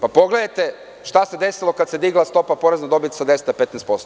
Pogledajte šta se desilo kada se digla stopa poreza na dobit sa 215%